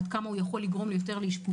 עד כמה הוא יכול לגרום יותר לאשפוזים,